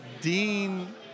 Dean